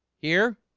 here